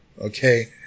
okay